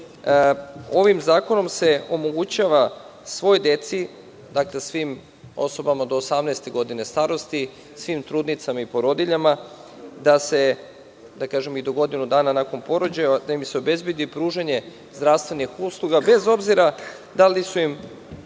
ovim zakonom se omogućava svoj deci, svim osobama do osamnaeste godine starosti, svim trudnicama i porodiljama, i do godinu dana posle porođaja, da im se obezbedi pružanje zdravstvenih usluga, bez obzira da li su im